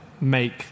make